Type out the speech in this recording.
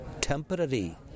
temporary